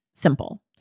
simple